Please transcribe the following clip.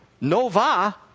Nova